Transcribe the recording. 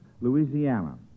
Louisiana